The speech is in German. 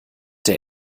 der